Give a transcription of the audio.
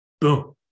Boom